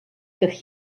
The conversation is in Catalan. que